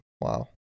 Wow